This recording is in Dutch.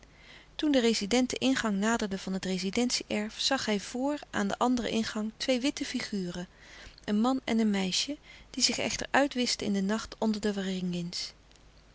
toen de rezident den ingang naderde van het rezidentie erf zag hij vr aan den anderen ingang twee witte figuren een man en een meisje die zich echter uitwischten in den nacht louis couperus de stille kracht onder de waringins